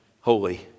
Holy